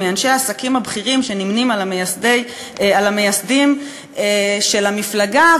מאנשי העסקים הבכירים שנמנים עם המייסדים של המפלגה,